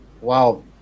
Wow